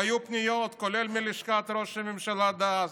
והיו פניות, כולל מלשכת ראש הממשלה דאז.